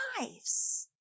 lives